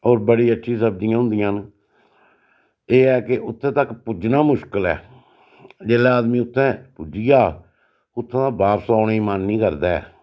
होर बड़ी अच्छी सब्जियां होंदियां न एह् ऐ के उत्थै तगर पुज्जना मुश्कल ऐ जेल्लै आदमी उत्थै पुज्जी जा उत्थां दा बापस आने ई मन नीं करदा ऐ